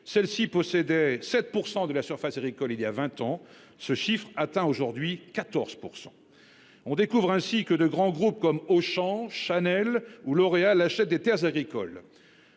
celle-ci possédait 7% de la surface agricole il y a 20 ans ce chiffre atteint aujourd'hui 14%. On découvre ainsi que de grands groupes comme Auchan Chanel ou L'Oréal achètent des Terres agricoles.